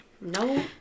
No